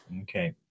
Okay